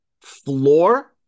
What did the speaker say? Floor